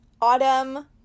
Autumn